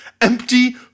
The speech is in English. Empty